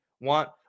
want